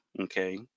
okay